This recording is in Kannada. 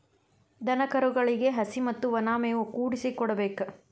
ದನಕರುಗಳಿಗೆ ಹಸಿ ಮತ್ತ ವನಾ ಮೇವು ಕೂಡಿಸಿ ಕೊಡಬೇಕ